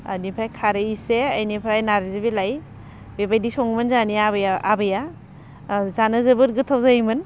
बेनिफ्राय खारै एसे बेनिफ्राय नारजि बिलाइ बेबायदि सङोमोन जोंहानि आबै आबैया जानो जोबोर गोथाव जायोमोन